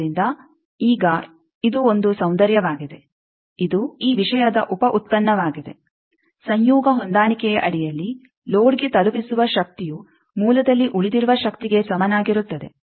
ಆದ್ದರಿಂದ ಈಗ ಇದು ಒಂದು ಸೌಂದರ್ಯವಾಗಿದೆ ಇದು ಈ ವಿಷಯದ ಉಪ ಉತ್ಪನ್ನವಾಗಿದೆ ಸಂಯೋಗ ಹೊಂದಾಣಿಕೆಯ ಅಡಿಯಲ್ಲಿ ಲೋಡ್ಗೆ ತಲಿಪಿಸುವ ಶಕ್ತಿಯು ಮೂಲದಲ್ಲಿ ಉಳಿದಿರುವ ಶಕ್ತಿಗೆ ಸಮನಾಗಿರುತ್ತದೆ